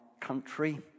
country